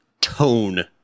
tone